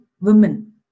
women